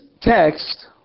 text